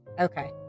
okay